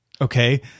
Okay